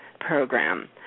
program